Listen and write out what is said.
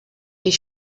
est